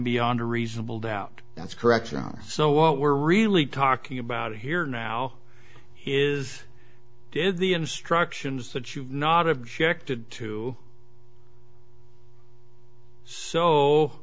beyond a reasonable doubt that's correct so what we're really talking about here now is did the instructions that you've not objected to so